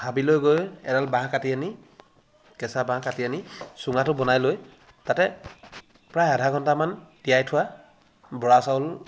হাবিলৈ গৈ এডাল বাঁহ কাটি আনি কেঁচা বাঁহ কাটি আনি চুঙাটো বনাই লৈ তাতে প্ৰায় আধা ঘণ্টামান তিয়াই থোৱা বৰা চাউল